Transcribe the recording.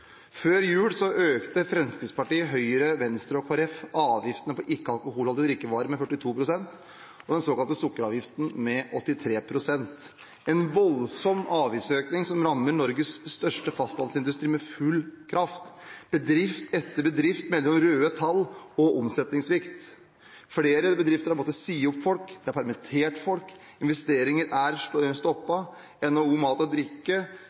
Før jul økte Fremskrittspartiet, Høyre, Venstre og Kristelig Folkeparti avgiftene på ikke-alkoholholdige drikkevarer med 42 pst. og den såkalte sukkeravgiften med 83 pst. – en voldsom avgiftsøkning som rammer Norges største fastlandsindustri med full kraft. Bedrift etter bedrift melder om røde tall og omsetningssvikt. Flere bedrifter har måttet si opp folk, de har permittert folk, investeringer er stoppet. NHO Mat og Drikke